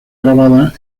grabada